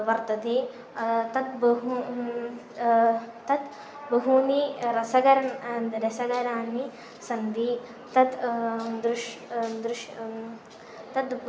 वर्तते तत् बहु तत् बहूनि रसकरणं अन्तः रसकराणि सन्ति तत् दृश्यं दृश्यं तद्